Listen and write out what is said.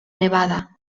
nevada